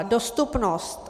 Dostupnost.